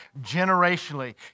generationally